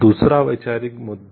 दूसरा वैचारिक मुद्दे